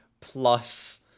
plus